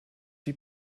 wie